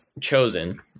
chosen